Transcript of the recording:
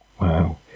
Wow